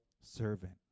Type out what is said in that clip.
servant